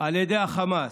על ידי החמאס,